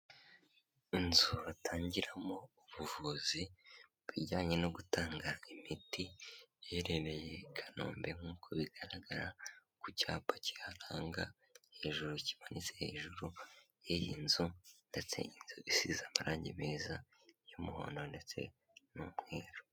Inzu batangiramo ubuvuzi mu bijyanye no gutanga imiti, iherereye i Kanombe nk'uko bigaragara ku cyapa kiharanga hejuru, kimanitse hejuru y'iyi nzu, ndetse iyi nzu isize amarange meza y'umuhondo ndetse n'umweru.